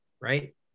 right